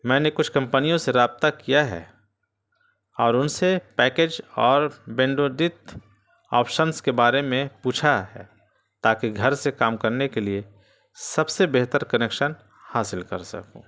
میں نے کچھ کمپنیوں سے رابطہ کیا ہے اور ان سے پیکیج اور بینڈوڈت آپشنس کے بارے میں پوچھا ہے تاکہ گھر سے کام کرنے کے لیے سب سے بہتر کنیکشن حاصل کر سکوں